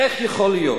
איך יכול להיות